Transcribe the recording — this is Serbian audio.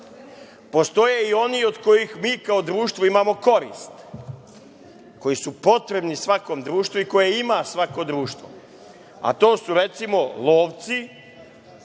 Postoje i oni od kojih mi kao društvo imamo korist koji su potrebni svakom društvu i koje ima svako društvo, a to su recimo, lovci